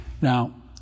Now